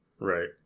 right